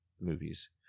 movies